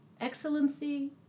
excellency